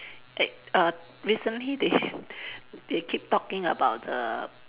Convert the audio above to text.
eh err recently they (ppl） they keep talking about the